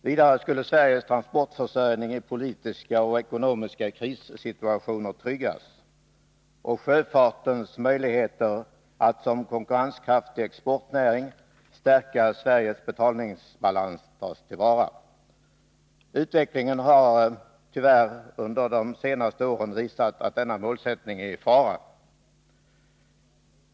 Vidare skulle Sveriges transportförsörjning i politiska och ekono miska krissituationer tryggas, och sjöfartens möjligheter att som konkurrenskraftig exportnäring stärka Sveriges betalningsbalans tas till vara. Utvecklingen under de senaste åren har tyvärr visat att denna målsättning äri fara.